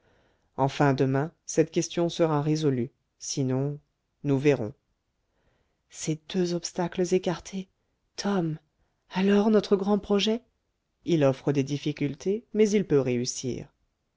enfin demain cette question sera résolue sinon nous verrons ces deux obstacles écartés tom alors notre grand projet il offre des difficultés mais il peut réussir